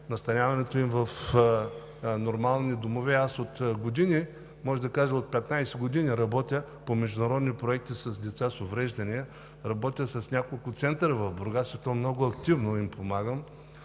настаняването им в нормални домове. От 15 години аз работя по международни проекти с деца с увреждания, работя с няколко центъра в Бургас и много активно им помагам.